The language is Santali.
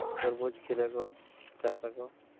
ᱛᱚᱨᱢᱩᱡᱽ ᱠᱷᱤᱨᱟ ᱠᱚ ᱪᱟᱥ ᱟᱠᱚ